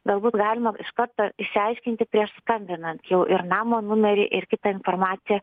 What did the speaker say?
galbūt galima iš karto išsiaiškinti prieš skambinant jau ir namo numerį ir kitą informaciją